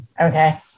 okay